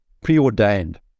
preordained